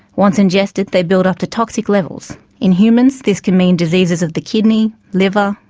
once ingested they build up to toxic levels. in humans this can mean diseases of the kidney, liver,